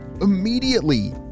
immediately